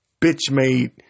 bitch-made